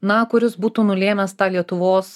na kuris būtų nulėmęs tą lietuvos